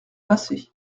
passé